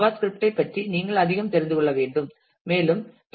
Java ஸ்கிரிப்டைப் ஐ பற்றி நீங்கள் அதிகம் தெரிந்து கொள்ள வேண்டும் மேலும்